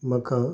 म्हाका